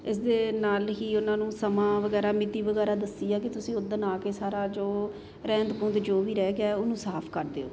ਇਸ ਦੇ ਨਾਲ ਹੀ ਉਹਨਾਂ ਨੂੰ ਸਮਾਂ ਵਗੈਰਾ ਮਿਤੀ ਵਗੈਰਾ ਦੱਸੀ ਹੈ ਕਿ ਤੁਸੀਂ ਉਸ ਦਿਨ ਆ ਕੇ ਸਾਰਾ ਜੋ ਰਹਿੰਦ ਖੁੰਹਦ ਜੋ ਵੀ ਰਹਿ ਗਿਆ ਉਹਨੂੰ ਸਾਫ ਕਰ ਦਿਓ